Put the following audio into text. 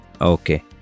Okay